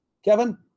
Kevin